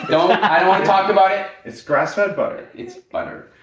don't i it it's grass-fed butter it's butter.